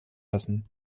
lassen